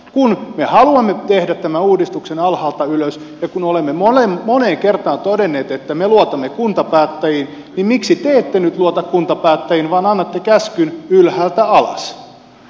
kun me haluamme tehdä tämän uudistuksen alhaalta ylös ja kun olemme moneen kertaan todenneet että me luotamme kuntapäättäjiin niin miksi te ette nyt luota kuntapäättäjiin vaan annatte käskyn ylhäältä alas